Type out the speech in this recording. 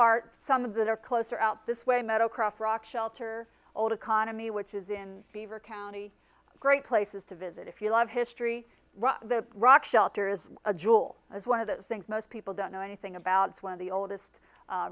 are some of that are closer out this way meadowcroft rock shelter old economy which is in beaver county great places to visit if you love history the rock shelter is a jewel as one of the things most people don't know anything about one of the oldest